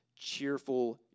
cheerful